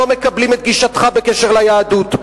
לא מקבלים את גישתך בקשר ליהדות.